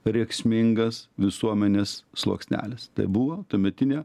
rėksmingas visuomenės sluoksnelis tai buvo tuometinė